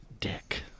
Dick